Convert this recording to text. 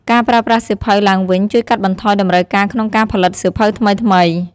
ការប្រើប្រាស់សៀវភៅឡើងវិញជួយកាត់បន្ថយតម្រូវការក្នុងការផលិតសៀវភៅថ្មីៗ។